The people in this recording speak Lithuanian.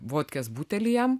vodkės butelį jam